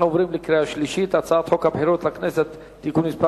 אנחנו עוברים לקריאה שלישית: הצעת חוק הבחירות לכנסת (תיקון מס'